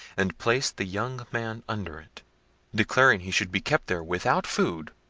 and place the young man under it declaring he should be kept there without food,